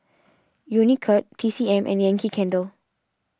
Unicurd T C M and Yankee Candle